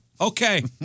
okay